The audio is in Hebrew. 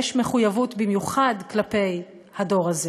יש מחויבות במיוחד כלפי הדור הזה.